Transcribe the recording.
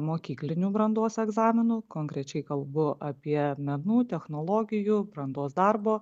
mokyklinių brandos egzaminų konkrečiai kalbu apie menų technologijų brandos darbo